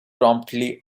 promptly